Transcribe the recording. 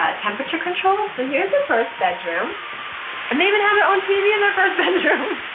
ah temperature control. so here's the first bedroom and they even have their own tv in their first bedroom.